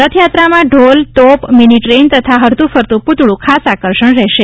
રથયાત્રામાં ઢોલ તોપ mini train તથા હરતું ફરતું પૂતળું ખાસ આકર્ષણ રહેશે